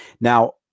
Now